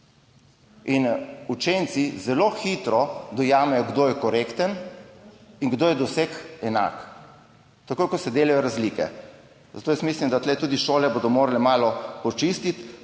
In učenci zelo hitro dojamejo, kdo je korekten in kdo je do vseh takoj, ko se delajo razlike. Zato jaz mislim, da bodo tudi šole morale tu malo počistiti.